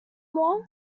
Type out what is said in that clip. long